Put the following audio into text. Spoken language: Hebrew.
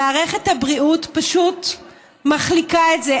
מערכת הבריאות פשוט מחליקה את זה.